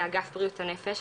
באגף בריאות הנפש,